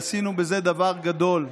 עשינו בזה דבר גדול,